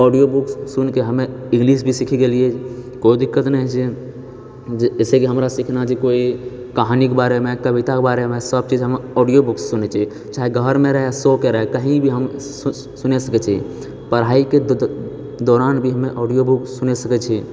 audio book सुनिके हमे English भी सीख गेलियै कोइ दिक्कत नहि हय छै जैसे कि हमरा सीखना छै कोइ कहानी कऽ बारेमे कविता कऽ बारेमे सब चीज हम ऑडियो बुकसँ सुनने छियै घरमे रहै सो के रहै कहीं भी सुनि सकै छियै पढाइके दौरान भी हमे ऑडियो बुक सुनि सकैत छी